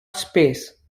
space